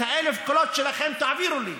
את ה-1,000 קולות שלכם תעבירו לי.